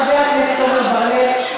לחבר הכנסת עמר בר-לב,